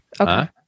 Okay